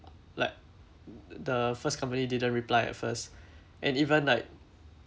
like the first company didn't reply at first and even like